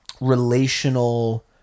relational